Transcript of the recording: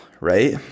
right